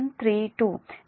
1 j0